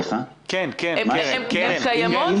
כן, קרן.